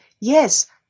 yes